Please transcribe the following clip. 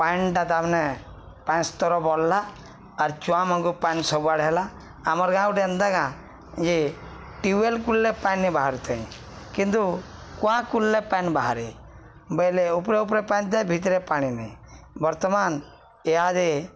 ପାଣିଟା ତା ମାନେ ପାଞ୍ଚ ସ୍ତର ବଢଲା ଆର୍ ଚୁଆ ମଙ୍ଗ ପାଣିନ୍ ସବୁଆଡ଼େ ହେଲା ଆମର୍ ଗାଁ ଗୋଟେ ଏନ୍ତା ଗାଁ ଯେ ଖୁଲଲେ ପାନି ବାହାରେ ବୋଇଲେ ଉପରେ ଉପରେ ପାନି ଥାଏ ଭିତରେ ପାଣି ନି ବର୍ତ୍ତମାନ ଏହାଦେ